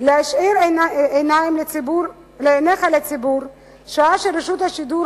להישיר עיניך לציבור שעה שרשות השידור,